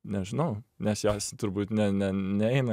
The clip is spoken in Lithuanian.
nežinau nes jos turbūt ne ne neina